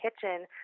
kitchen